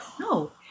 no